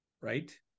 right